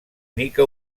mica